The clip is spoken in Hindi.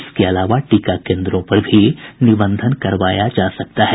इसके अलावा टीका केन्द्रों पर भी निबंधन करवाया जा सकता है